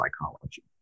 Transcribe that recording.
psychology